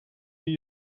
die